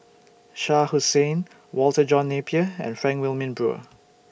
Shah Hussain Walter John Napier and Frank Wilmin Brewer